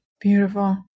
Beautiful